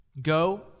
Go